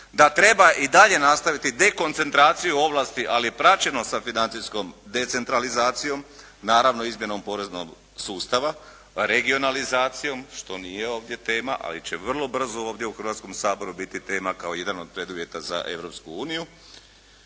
da treba i dalje nastaviti dekoncentraciju ovlasti, ali praćeno sa financijskom decentralizacijom, naravno, izmjenom poreznog sustava, regionalizacijom, što nije ovdje tema, ali će vrlo brzo ovdje u Hrvatskom saboru biti tema kao jedan od preduvjeta za Europsku uniju.